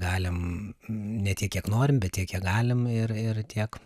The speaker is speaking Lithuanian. galim ne tiek kiek norim bet tiek kiek galim ir ir tiek